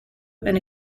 and